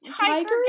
tiger